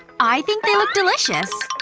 i think they look delicious.